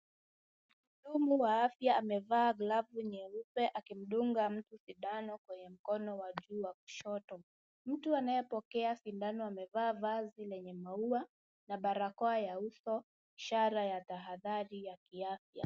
Mhudumu wa afya amevaa glavu nyeupe akimdunga mtu sindano kwenye mkono wa juu wa kushoto. Mtu anayepokea sindano amevaa vazi lenye maua na barakoa ya uso ishara ya tahadhari ya kiafya.